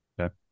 Okay